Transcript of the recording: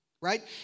right